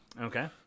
Okay